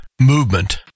movement